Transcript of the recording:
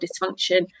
dysfunction